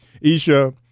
Isha